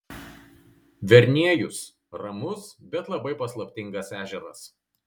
verniejus ramus bet labai paslaptingas ežeras